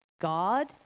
God